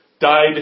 died